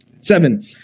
Seven